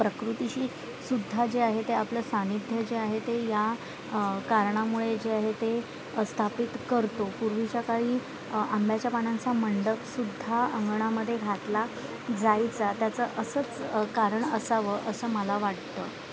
प्रकृतीशी सुद्धा जे आहे ते आपलं सानिध्य जे आहे ते या कारणामुळे जे आहे ते स्थापित करतो पूर्वीच्या काळी आंब्याच्या पानांचा मंडपसुद्धा अंगणामध्ये घातला जायचा त्याचं असंच कारण असावं असं मला वाटतं